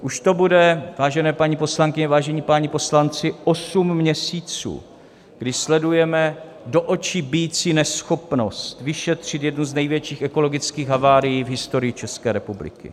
Už to bude, vážené paní poslankyně, vážení páni poslanci, osm měsíců, kdy sledujeme do očí bijící neschopnost vyšetřit jednu z největších ekologických havárií v historii České republiky.